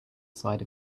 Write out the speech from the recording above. side